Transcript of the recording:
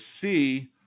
see